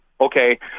okay